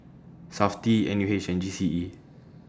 Safti N U H and G C E